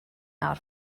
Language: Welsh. nawr